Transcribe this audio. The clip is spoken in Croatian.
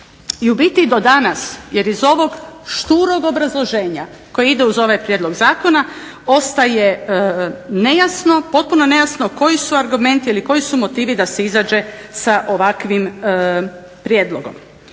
I u biti do danas, jer iz ovog šturog obrazloženja koji ide uz ovaj prijedlog zakona ostaje nejasno, potpuno nejasno koji su argumenti ili koji su motivi da se izađe sa ovakvim prijedlogom.